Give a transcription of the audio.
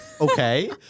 okay